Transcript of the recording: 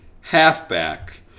Halfback